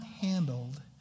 handled